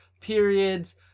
periods